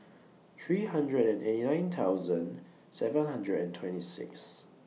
three hundred and eighty nine thousand seven hundred and twenty six